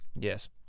yes